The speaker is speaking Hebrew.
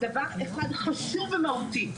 דבר אחד חשוב ומהותי,